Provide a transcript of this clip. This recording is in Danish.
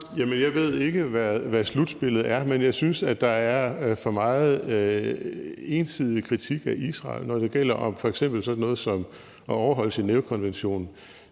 Jamen jeg ved ikke, hvad slutspillet er, men jeg synes, at der er for meget ensidig kritik af Israel, når det f.eks. gælder sådan noget som at overholde Genèvekonventionerne.